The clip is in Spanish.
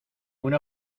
una